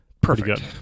Perfect